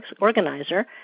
organizer